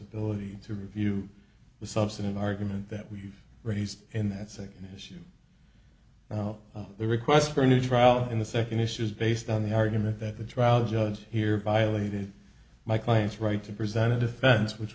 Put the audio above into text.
ability to review the substantive argument that we've raised in that second issue the request for a new trial in the second issue is based on the argument that the trial judge here violated my client's right to present a defense which